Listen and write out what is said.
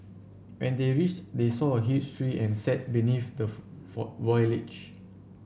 when they reached they saw a huge tree and sat beneath the for for